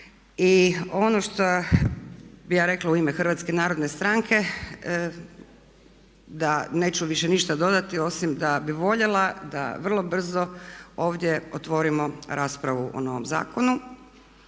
I ono šta bih ja rekla u ime HNS-a da neću više ništa dodati osim da bih voljela da vrlo brzo ovdje otvorimo raspravu o novom zakonu